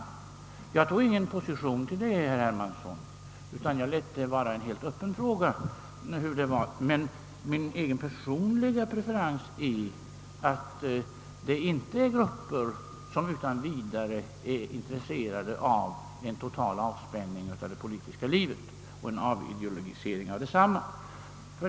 Jag tog ingen ställning i den frågan, herr Hermansson, utan jag lät den vara öppen. Men min personliga preferens är, att det här är fråga om grupper som inte utan vidare är intresserade av en total avspänning i det politiska livet och en avideologisering av detta.